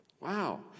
Wow